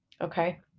okay